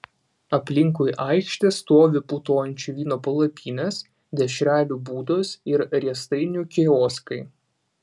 aplinkui aikštę stovi putojančio vyno palapinės dešrelių būdos ir riestainių kioskai